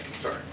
sorry